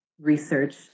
research